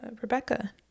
Rebecca